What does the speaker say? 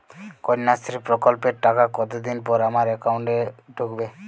কন্যাশ্রী প্রকল্পের টাকা কতদিন পর আমার অ্যাকাউন্ট এ ঢুকবে?